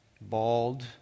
bald